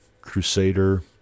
crusader